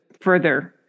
further